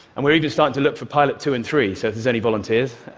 and we're even starting to look for pilots two and three, so if there's any volunteers.